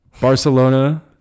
Barcelona